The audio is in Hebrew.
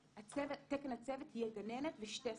תקן הצוות יהיה גננת ושתי סייעות.